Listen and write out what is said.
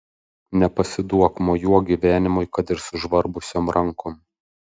nepasiduok mojuok gyvenimui kad ir sužvarbusiom rankom